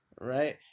Right